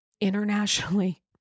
internationally